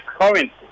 currency